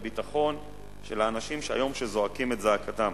הביטחון של האנשים שהיום זועקים את זעקתם.